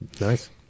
Nice